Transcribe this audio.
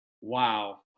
Wow